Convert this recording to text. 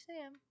Sam